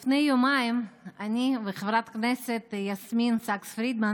לפני יומיים אני וחברת הכנסת יסמין סאקס פרידמן